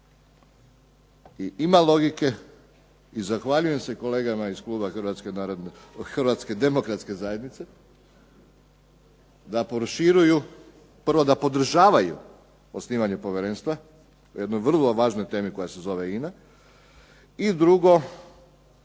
ima logike i zahvaljujem se kolegama iz Kluba HDZ-a da proširuju, prvo da podržavaju osnivanje Povjerenstva u jednoj vrlo važnoj temi koja se zove INA i drugo